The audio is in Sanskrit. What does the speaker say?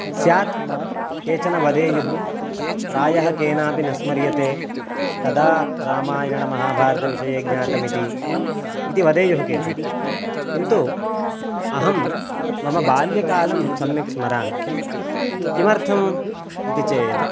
स्यात् केचन वदेयुः प्रायः केनापि न स्मर्यते कदा रामायणमहाभारतविषये ज्ञातमिति इति वदेयुः केचन किन्तु अहं मम बाल्यकालं सम्यक् स्मरामि किमर्थम् इति चेत्